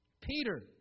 Peter